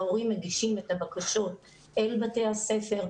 ההורים מגישים את הבקשות אל בתי הספר,